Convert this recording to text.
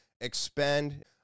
expend